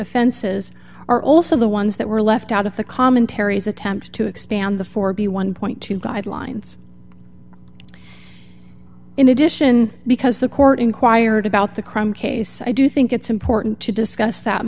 offenses are also the ones that were left out of the commentaries attempt to expand the four b one dollar guidelines in addition because the court inquired about the crime case i do think it's important to discuss that